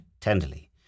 tenderly